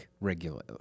regularly